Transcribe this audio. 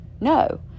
no